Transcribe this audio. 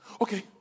okay